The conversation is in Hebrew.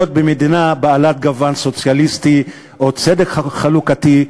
במדינה בעלת גוון סוציאליסטי או צדק חלוקתי,